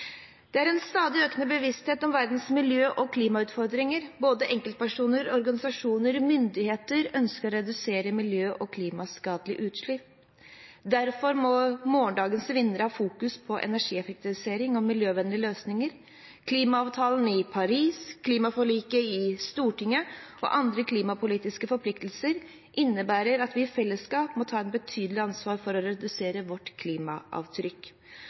Det er en stadig økende bevissthet om verdens miljø- og klimautfordringer. Både enkeltpersoner, organisasjoner og myndigheter ønsker å redusere miljø- og klimaskadelige utslipp. Derfor må morgendagens vinnere ha fokus på energieffektivisering og miljøvennlige løsninger. Klimaavtalen i Paris, klimaforliket i Stortinget og andre klimapolitiske forpliktelser innebærer at vi i fellesskap må ta et betydelig ansvar for å redusere vårt klimaavtrykk.